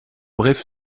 bref